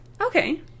Okay